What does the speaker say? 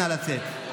נא לצאת.